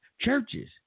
churches